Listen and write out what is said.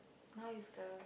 now is the